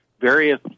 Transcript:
various